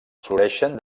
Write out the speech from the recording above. floreixen